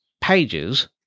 Pages